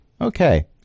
Okay